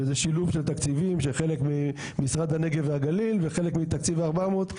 וזה שילוב של תקציבים חלק ממשרד הנגב והגליל וחלק מתקציב 400,